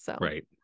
Right